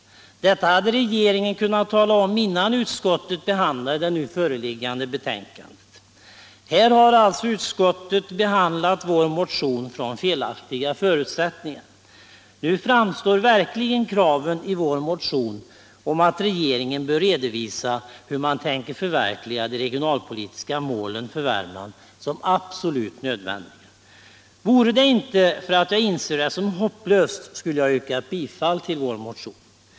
Detta hade regeringen kunnat tala om innan utskottetet behandlade de frågor som redovisas i det nu föreliggande betänkandet. Här har alltså utskottet behandlat vår motion utifrån felaktiga förutsättningar. Nu framstår det verkligen som absolut nödvändigt att uppfylla kraven i vår motion om att regeringen bör redovisa hur den tänker förverkliga de regionalpolitiska målen för Värmland. Vore det inte för att jag inser att det är hopplöst skulle jag ha yrkat bifall till vår motion.